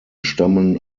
stammen